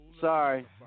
Sorry